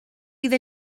fydd